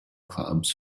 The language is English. clubs